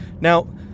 Now